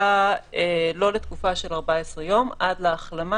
- לא לתקופה של 14 יום, עד להחלמה.